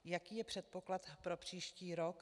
Jaký je předpoklad pro příští rok?